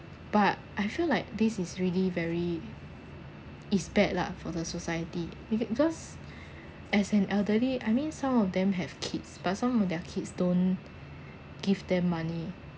but I feel like this is really very is bad lah for the society if it because as an elderly I mean some of them have kids but some of their kids don't give them money